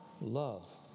love